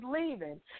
leaving